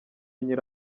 nkiri